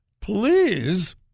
please